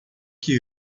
que